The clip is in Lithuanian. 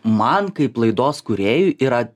man kaip laidos kūrėjui yra